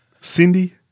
Cindy